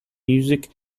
music